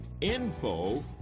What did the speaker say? info